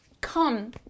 Come